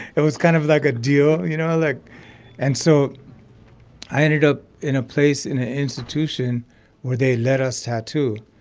it was kind of like a deal, you know, like and so i ended up in a place in an institution where they let us tattoo.